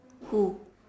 who